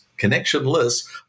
connectionless